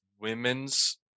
women's